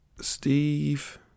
Steve